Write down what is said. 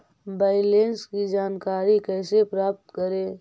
Balance की जानकारी कैसे प्राप्त करे?